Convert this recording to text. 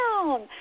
down